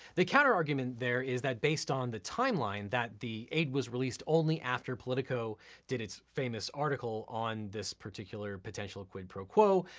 the counterargument there is that based on the timeline that the aid was released only after politico did its famous article on this particular particular quid pro quo,